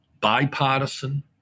bipartisan